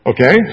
Okay